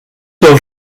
del